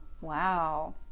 wow